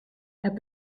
het